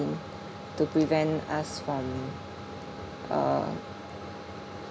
to prevent us from uh